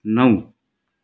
नौ